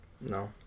No